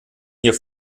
hier